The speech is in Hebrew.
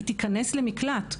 היא תיכנס למקלט.